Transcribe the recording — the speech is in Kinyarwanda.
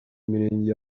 mirenge